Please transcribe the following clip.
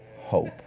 hope